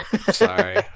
Sorry